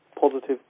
positive